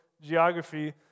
geography